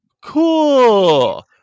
Cool